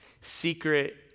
secret